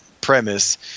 premise